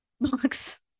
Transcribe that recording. Box